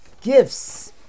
gifts